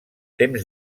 temps